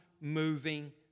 moving